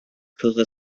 kirche